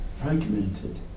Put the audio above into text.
fragmented